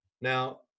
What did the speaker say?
Now